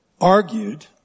argued